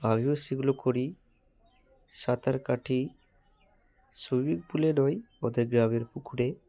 আমিও সেগুলো করি সাঁতার কাটি সুইমিং পুলে নয় আমাদের গ্রামের পুকুরে